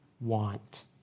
want